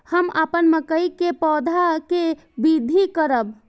हम अपन मकई के पौधा के वृद्धि करब?